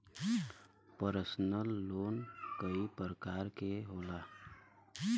personal loan कई परकार के होला